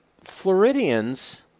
Floridians